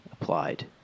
applied